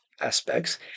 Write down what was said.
aspects